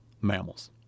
mammals